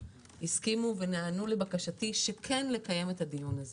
הסכימו ונענו לבקשתי כן לנהל את הדיון הזה